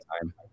time